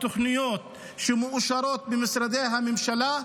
בתוכניות שמאושרות במשרדי הממשלה.